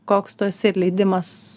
koks tu esi ir leidimas